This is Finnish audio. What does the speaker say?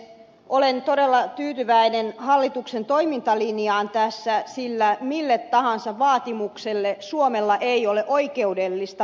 olen todella tyytyväinen hallituksen toimintalinjaan tässä sillä mille tahansa vaatimukselle suomella ei ole oikeudellista perustaa